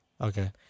Okay